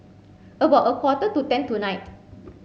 about a quarter to ten tonight